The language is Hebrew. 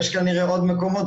יש כנראה עוד מקומות,